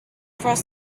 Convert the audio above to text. across